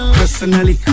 personally